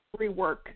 rework